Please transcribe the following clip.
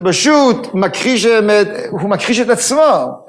פשוט הוא מכחיש את עצמו.